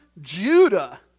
judah